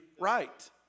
right